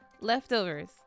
leftovers